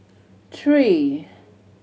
three